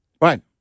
Right